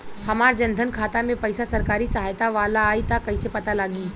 हमार जन धन खाता मे पईसा सरकारी सहायता वाला आई त कइसे पता लागी?